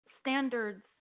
standards